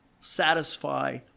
satisfy